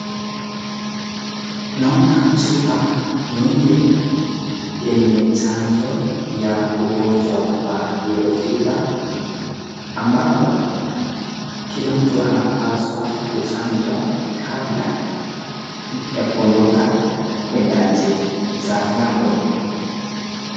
Naona chupa nyingi yenye chanjo wa ungonjwa wa yellow fifa ambao kila mtu anapaswa kuchanjwa kabla ya kuondoka kuenda nchi za ngambo.